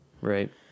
Right